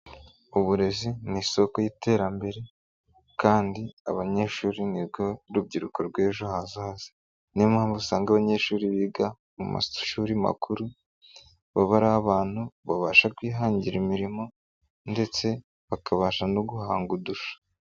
Uburezi ni isoko y'iterambere kandi abanyeshuri nirwo urubyiruko rw'ejo hazaza, niyo mpamvu usanga abanyeshuri biga mu mashuri makuru, baba ari abantu babasha kwihangira imirimo ndetse bakabasha no guhanga udushya.